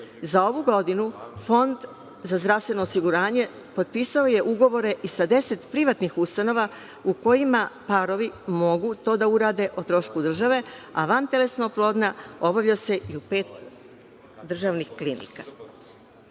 Za ovu godinu Fond za zdravstveno osiguranje, potpisao je ugovore i sa deset privatnih ustanova u kojima parovi mogu to da urade o trošku države, a vantelesna oplodnja obavlja se i u pet državnih klinika. Ovaj